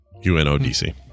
UNODC